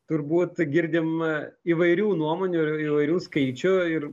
turbūt girdim įvairių nuomonių ir įvairių skaičių ir